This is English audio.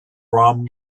rum